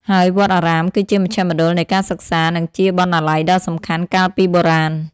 ហើយវត្តអារាមគឺជាមជ្ឈមណ្ឌលនៃការសិក្សា និងជាបណ្ណាល័យដ៏សំខាន់កាលពីបុរាណ។